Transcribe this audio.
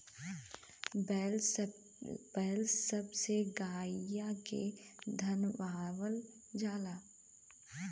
बैल सब से गईया के धनवावल जाला